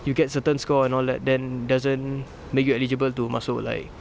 you get certain score and all that then doesn't make you eligible to masuk like